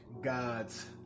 God's